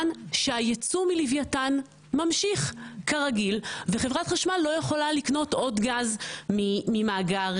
שהייצוא מלווייתן ממשיך כרגיל וחברת חשמל לא יכולה לקנות עוד גז ממאגר